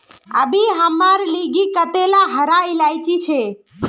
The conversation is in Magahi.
अभी हमार लिगी कतेला हरा इलायची छे